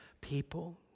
people